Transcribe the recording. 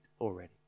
already